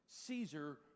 Caesar